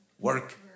Work